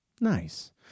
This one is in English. Nice